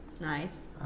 Nice